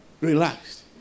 relaxed